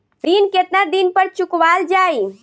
ऋण केतना दिन पर चुकवाल जाइ?